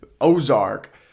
Ozark